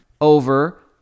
over